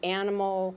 animal